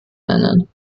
nennen